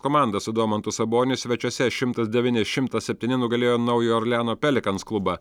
komanda su domantu saboniu svečiuose šimtas devyni šimtas septyni nugalėjo naujojo orleano pelicans klubą